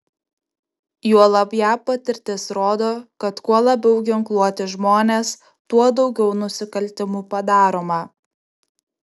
juolab jav patirtis rodo kad kuo labiau ginkluoti žmonės tuo daugiau nusikaltimų padaroma